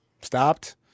stopped